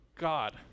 God